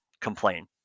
complain